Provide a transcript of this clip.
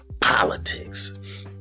politics